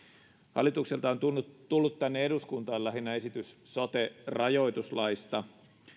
hallitukselta on tullut tullut tänne eduskuntaan lähinnä esitys sote rajoituslaista